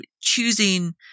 choosing